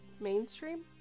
mainstream